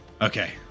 Okay